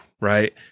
Right